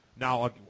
Now